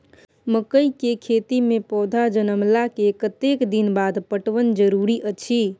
मकई के खेती मे पौधा जनमला के कतेक दिन बाद पटवन जरूरी अछि?